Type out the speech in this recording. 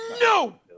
no